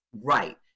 Right